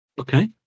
Okay